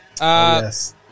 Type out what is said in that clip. Yes